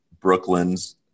Brooklyn's